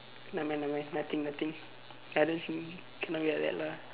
nevermind nevermind nothing nothing cannot see cannot be like that lah